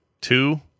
Two